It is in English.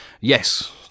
yes